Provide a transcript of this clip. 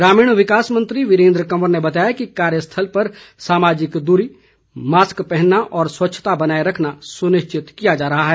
ग्रामीण विकास मंत्री वीरेंद्र कंवर ने बताया कि कार्यस्थल पर सामाजिक दूरी मास्क पहनना और स्वच्छता बनाए रखना सुनिश्चित किया जा रहा है